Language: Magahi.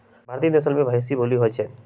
भारतीय नसल में भइशी भूल्ली होइ छइ